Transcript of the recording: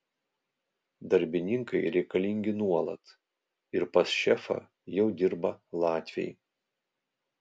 darbininkai reikalingi nuolat ir pas šefą jau dirba latviai